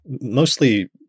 mostly